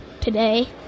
today